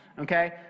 Okay